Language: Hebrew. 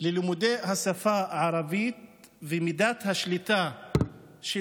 של לימודי השפה הערבית ומידת השליטה של